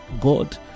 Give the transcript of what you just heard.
God